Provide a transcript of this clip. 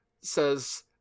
says